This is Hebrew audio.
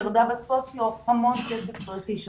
שהיא ירדה בסוציו והמון כסף צריך להישפך.